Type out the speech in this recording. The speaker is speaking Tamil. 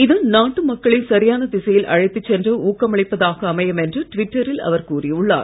இது நாட்டு மக்களை சரியான திசையில் அழைத்து சென்று ஊக்கமளிப்பதாக அமையும் என்று ட்விட்டரில் அவர் கூறியுள்ளார்